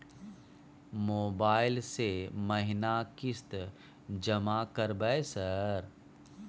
Mobile से महीना किस्त जमा करबै सर?